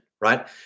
right